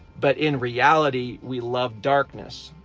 but in reality we love darkness.